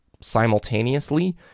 simultaneously